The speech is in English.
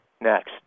Next